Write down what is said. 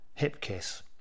Hipkiss